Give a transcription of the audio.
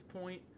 point